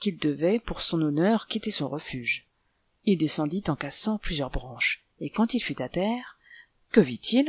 qu'il devait pour son honneur quitter son refuge il descendit en cassant plusieurs branches et quand il fut à terre que vitil